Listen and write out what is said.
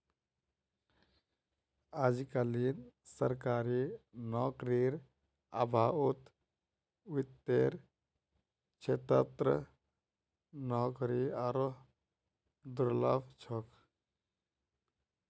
अजकालित सरकारी नौकरीर अभाउत वित्तेर क्षेत्रत नौकरी आरोह दुर्लभ छोक